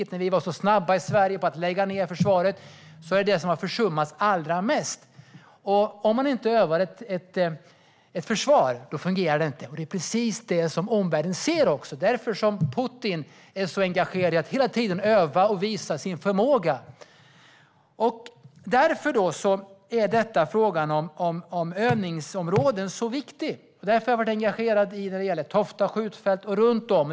Efter att vi var så snabba i Sverige med att lägga ned försvaret är det övningen som har försummats allra mest. Och om man inte övar ett försvar fungerar det inte, vilket är precis det som omvärlden ser. Det är därför Putin är så engagerad i att hela tiden öva och visa sin förmåga. Det är i ljuset av detta som frågan om övningsområden är så viktig. Därför har jag engagerat mig för Tofta skjutfält och annat.